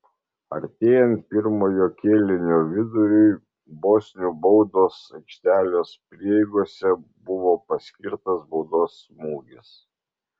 artėjant pirmojo kėlinio viduriui bosnių baudos aikštelės prieigose buvo paskirtas baudos smūgis